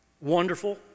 wonderful